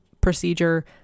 procedure